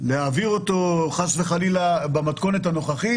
זה אומר שאתם יכולים לכאורה להצביע שאם כך וכך הפרות היו בכך וכך